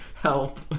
Help